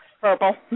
Purple